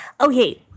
Okay